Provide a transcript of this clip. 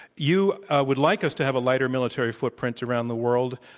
you would like us to have a lighter military footprint around the world.